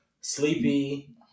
sleepy